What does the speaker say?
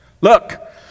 Look